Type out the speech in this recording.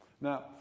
Now